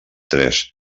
tres